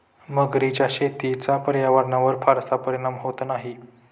मगरीच्या शेतीचा पर्यावरणावर फारसा परिणाम होत नाही